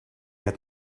had